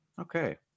Okay